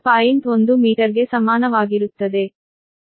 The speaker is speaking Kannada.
1 ಮೀಟರ್ಗೆ ಸಮಾನವಾಗಿರುತ್ತದೆ